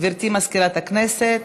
גברתי מזכירת הכנסת,